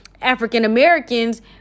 African-Americans